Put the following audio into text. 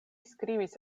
skribis